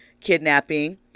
kidnapping